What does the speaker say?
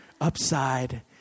upside